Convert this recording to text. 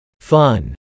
Fun